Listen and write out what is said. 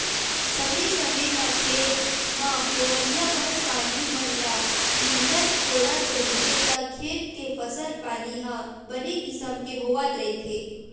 समे समे म खेत म होवइया बन पानी मन ल नींदत कोड़त रहिबे त खेत के फसल पानी ह बने किसम के होवत रहिथे